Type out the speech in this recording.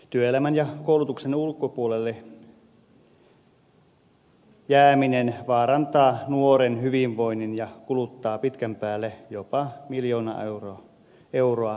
työelämän ja koulutuksen ulkopuolelle jääminen vaarantaa nuoren hyvinvoinnin ja kuluttaa pitkän päälle jopa miljoona euroa nuorta kohti